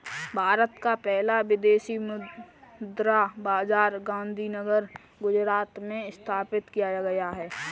भारत का पहला विदेशी मुद्रा बाजार गांधीनगर गुजरात में स्थापित किया गया है